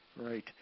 Right